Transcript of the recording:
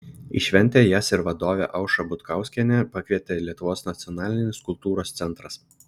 į šventę jas ir vadovę aušrą butkauskienę pakvietė lietuvos nacionalinis kultūros centras